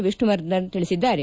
ವಿಷ್ಣುವರ್ಧನ್ ತಿಳಿಸಿದ್ದಾರೆ